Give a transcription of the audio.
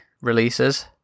releases